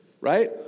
Right